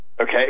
Okay